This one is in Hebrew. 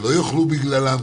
שלא יאכלו בגללם,